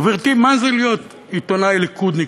גברתי, מה זה להיות עיתונאי ליכודניק?